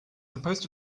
supposed